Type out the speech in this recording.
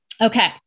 Okay